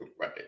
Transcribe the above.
Right